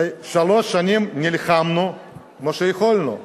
הרי שלוש שנים נלחמנו כמו שיכולנו,